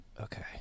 Okay